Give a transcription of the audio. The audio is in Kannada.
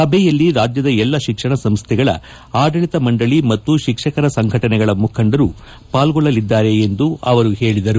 ಸಭೆಯಲ್ಲಿ ರಾಜ್ಯದ ಎಲ್ಲಾ ಶಿಕ್ಷಣ ಸಂಸ್ಥೆಗಳ ಆಡಳಿತ ಮಂಡಳಿ ಮತ್ತು ಶಿಕ್ಷಕರ ಸಂಘಟನೆಗಳ ಮುಖಂಡರು ಪಾಲ್ಗೊಳ್ಳಲಿದ್ದಾರೆ ಎಂದು ಹೇಳಿದರು